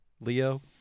Leo